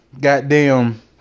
goddamn